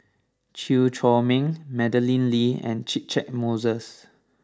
Chew Chor Meng Madeleine Lee and Catchick Moses